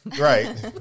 Right